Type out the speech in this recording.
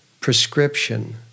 prescription